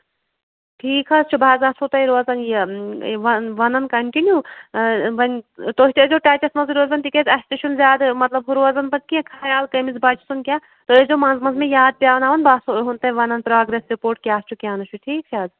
ٹھیٖک حظ چھُ بہ حظ آسہو تۄہہِ روزان یہِ و وَنان کَنٹِیو وۅنۍ تُہۍ تہِ ٲسۍزیٚو ٹَچس منٛزٕے روزان تِکیٛازِ اَسہِ تہِ چھُنہٕ زیادٕ مطلب روزان پَتہٕ کیٚنہہ خیال کٔمِس بَچہٕ سُنٛد کیٚنہہ تُہۍ ٲسۍزیٚو منٛزٕ منٛزٕ مےٚ یاد پاوٕناوان بہٕ آسو اُہُنٛد تۄہہِ وَنان پرٛاگریس رِپوٹ کیٛاہ چھُ کیٛاہ نہٕ چھُ ٹھیٖک چھُ حظ